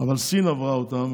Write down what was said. אבל סין עברה אותם.